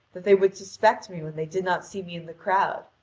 that they would suspect me when they did not see me in the crowd,